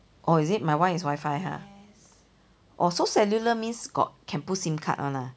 oh is it my one is wifi ha oh so cellular means got can put sim card [one] ah